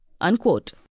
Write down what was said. Unquote